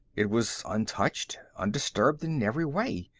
it was untouched, undisturbed in every way.